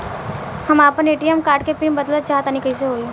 हम आपन ATM card के पीन बदलल चाहऽ तनि कइसे होई?